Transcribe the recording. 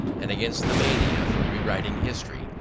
and against the mania for rewriting history,